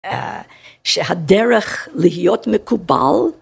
שהדרך להיות מקובל.